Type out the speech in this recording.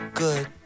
good